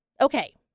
okay